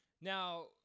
Now